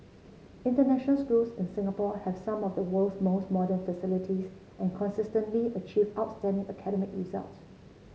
international schools in Singapore have some of the world's most modern facilities and consistently achieve outstanding academic results